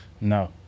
no